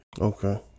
Okay